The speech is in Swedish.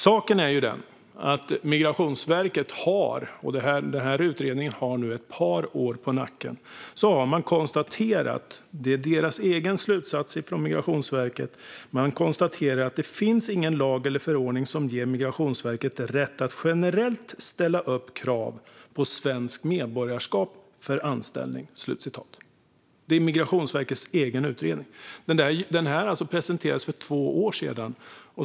Saken är den att Migrationsverket i sin utredning, som har ett par år på nacken, har konstaterat och själv dragit slutsatsen att det inte finns någon lag eller förordning som ger Migrationsverket rätt att generellt ställa upp krav på svenskt medborgarskap för anställning. Utredningen presenterades för två år sedan.